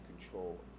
control